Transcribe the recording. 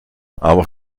aber